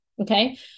Okay